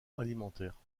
alimentaire